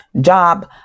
job